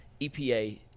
EPA